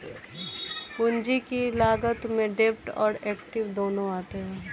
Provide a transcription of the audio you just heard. पूंजी की लागत में डेब्ट और एक्विट दोनों आते हैं